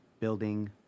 building